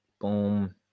Boom